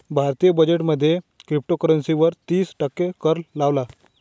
भारतीय बजेट मध्ये क्रिप्टोकरंसी वर तिस टक्के कर लावला